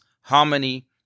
harmony